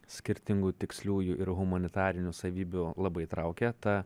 skirtingų tiksliųjų ir humanitarinių savybių labai traukė ta